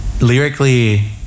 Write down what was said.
lyrically